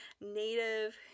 native